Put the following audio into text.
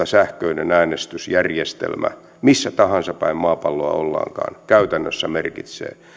sähköinen äänestysjärjestelmä missä tahansa päin maapalloa ollaankaan käytännössä demokratian toteutumiselle merkitsee